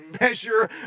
measure